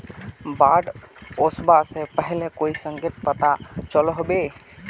बाढ़ ओसबा से पहले कोई संकेत पता चलो होबे?